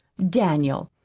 daniel,